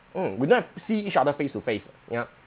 mm we don't have to see each other face-to-face ya